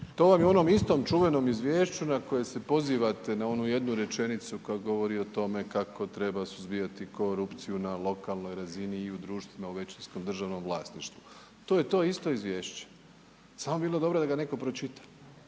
to vam je u onom istom čuvenom izvješću na koje se pozivate na onu jednu rečenicu koja govori o tome kako treba suzbijati korupciju na lokalnoj razini i u društveno većinskom državnom vlasništvu. To je to isto izvješće, samo bi bilo dobro da ga netko pročita.